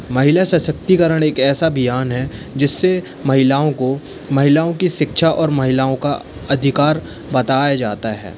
महिला सशक्तिकरण एक ऐसा अभियान है जिससे महिलाओं को महिलाओं की शिक्षा और महिलाओं का अधिकार बताया जाता है